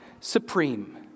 Supreme